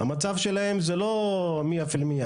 המצב שלהם הוא לא מאה ממאה,